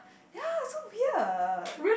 ya so weird